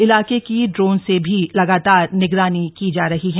इलाके की ड्रोन से भी लगातार निगरानी की जा रही है